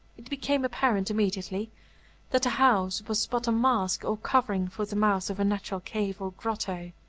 it became apparent immediately that the house was but a mask or covering for the mouth of a natural cave or grotto,